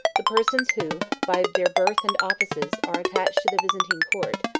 the persons who, by their birth and offices, are attached to the byzantine court,